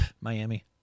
miami